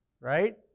Right